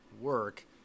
work